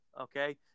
okay